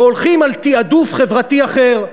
והולכים על תעדוף חברתי אחר.